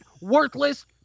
worthless